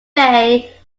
bay